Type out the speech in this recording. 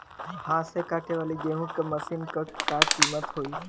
हाथ से कांटेवाली गेहूँ के मशीन क का कीमत होई?